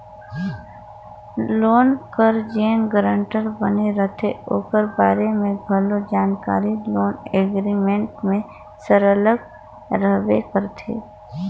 loan कर जेन guarantor बने रहथे ओकर बारे में घलो जानकारी लोन एग्रीमेंट में सरलग रहबे करथे